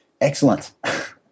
Excellent